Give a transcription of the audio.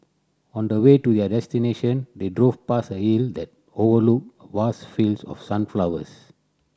on the way to their destination they drove past a hill that overlooked vast fields of sunflowers